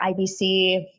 IBC